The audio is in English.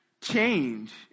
change